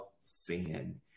sin